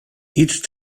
each